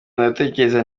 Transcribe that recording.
ndatekereza